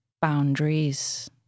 boundaries